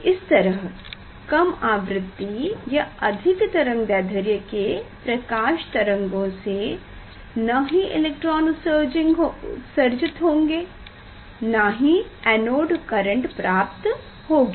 इस तरह कम आवृति या अधिक तरंगदैध्र्य के प्रकाश तरंगों से न ही इलेक्ट्रॉन उत्सर्जित होंगें और ना ही एनोड करेंट प्राप्त होगी